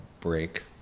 break